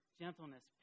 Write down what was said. gentleness